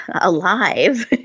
alive